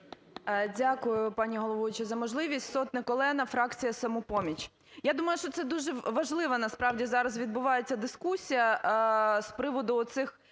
Дякую, пані головуюча за можливість. Сотник Олена, фракція "Самопоміч". Я думаю, що це дуже важлива насправді зараз відбувається дискусія з приводу оцих